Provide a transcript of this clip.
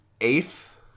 eighth